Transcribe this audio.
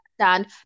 understand